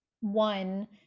one